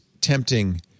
tempting